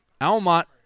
Almont